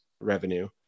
revenue